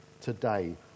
today